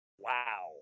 Wow